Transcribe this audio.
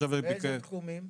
באיזה תחומים?